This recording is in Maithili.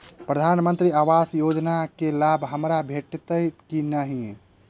प्रधानमंत्री आवास योजना केँ लाभ हमरा भेटतय की नहि?